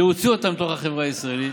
להוציא אותם מתוך החברה הישראלית.